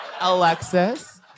Alexis